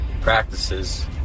practices